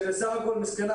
שבסך הכול מסכנה,